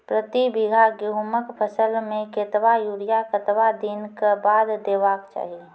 प्रति बीघा गेहूँमक फसल मे कतबा यूरिया कतवा दिनऽक बाद देवाक चाही?